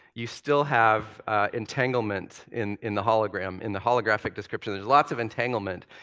you still have entanglement in in the hologram. in the holographic description, there's lots of entanglement.